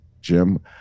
Jim